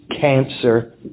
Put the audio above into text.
cancer